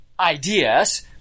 Ideas